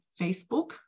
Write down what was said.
Facebook